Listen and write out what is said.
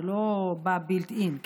זה לא באbuilt in ,